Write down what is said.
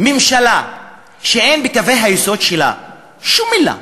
ממשלה שאין בקווי היסוד שלה שום מילה,